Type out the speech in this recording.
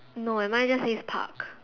no eh mine just says pug